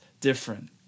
different